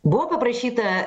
buvo paprašyta